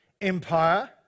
empire